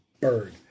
bird